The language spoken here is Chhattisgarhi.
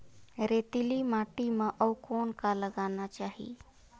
रेतीली माटी म अउ कौन का लगाना चाही?